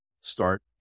start